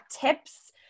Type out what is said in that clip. tips